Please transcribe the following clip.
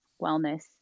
wellness